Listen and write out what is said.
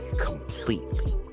completely